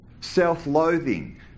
self-loathing